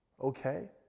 okay